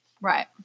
Right